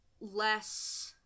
less